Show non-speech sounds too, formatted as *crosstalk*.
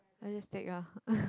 I just take ah *noise*